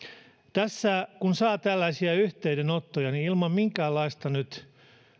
tässä kun saa tällaisia yhteydenottoja niin nyt ilman minkäänlaista